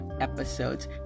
episodes